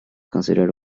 considered